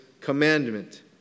commandment